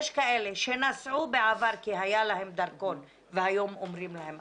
יש כאלה שנסעו בעבר כי היה להם דרכון והיום אומרים להם,